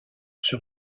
sur